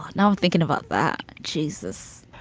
ah now i'm thinking about that jesus,